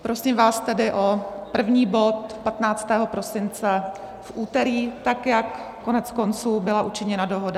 Prosím vás tedy o první bod 15. prosince v úterý, tak jak koneckonců byla učiněna dohoda.